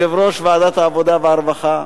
יושב-ראש ועדת העבודה והרווחה.